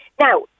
Now